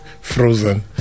frozen